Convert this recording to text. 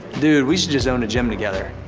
dude, we should just own a gym together.